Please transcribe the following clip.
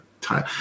time